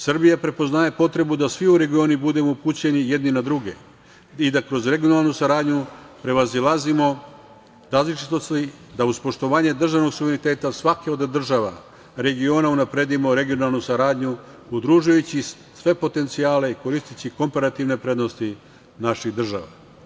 Srbija prepoznaje potrebu da svi u regionu budu upućeni jedni na druge i da kroz regionalnu saradnju prevazilazimo različitosti, da uz poštovanje državnog suvereniteta svake od država regiona unapredimo regionalnu saradnju, udružujući sve potencijale i koristeći komparativne prednosti naših država.